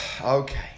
Okay